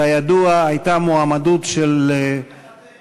כידוע, הייתה מועמדות של, אדוני